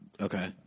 Okay